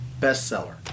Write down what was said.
bestseller